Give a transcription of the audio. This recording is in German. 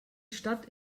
stadt